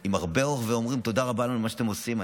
עם הרבה אור ואומרים: תודה רבה על מה שאתם עושים.